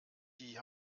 die